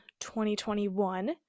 2021